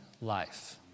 life